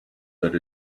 that